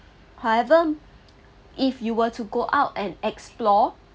however if you were to go out and explore